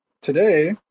today